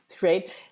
right